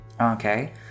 Okay